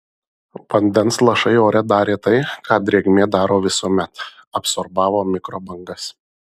vandens lašai ore darė tai ką drėgmė daro visuomet absorbavo mikrobangas